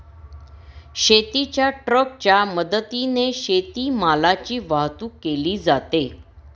शेतीच्या ट्रकच्या मदतीने शेतीमालाची वाहतूक केली जाते